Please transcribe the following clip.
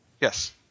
Yes